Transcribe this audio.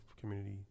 community